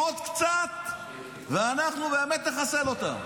עוד קצת ואנחנו באמת נחסל אותם.